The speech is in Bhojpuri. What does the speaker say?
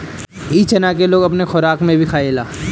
इ चना के लोग अपना खोराक में भी खायेला